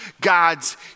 God's